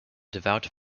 devout